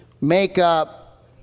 makeup